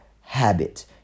habit